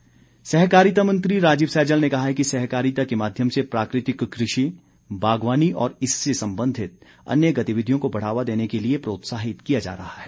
सैजल सहकारिता मंत्री राजीव सैजल ने कहा है कि सहकारिता के माध्यम से प्राकृतिक कृषि बागवानी और इससे संबंधित अन्य गतिविधियों को बढ़ावा देने के लिए प्रोत्साहित किया जा रहा है